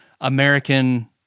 American